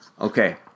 okay